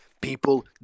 people